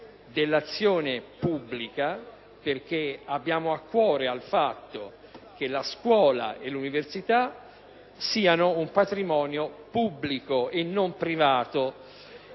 dell'azione pubblica, e perché ci teniamo che la scuola e l'università siano un patrimonio pubblico e non privato.